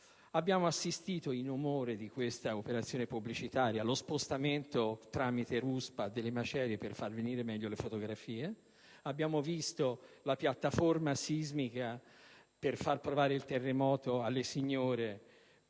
Abbiamo assistito in onore di questa operazione pubblicitaria allo spostamento tramite ruspa delle macerie per far venir meglio le fotografie, visto la piattaforma sismica per far provare il terremoto alle signore,